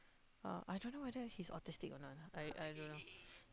uh I don't know whether he's autistic or not lah I I don't know